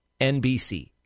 NBC